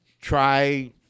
try